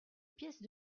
pièce